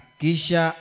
kisha